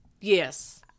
Yes